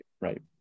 Right